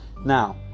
Now